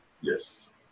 Yes